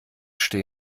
stehe